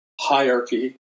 hierarchy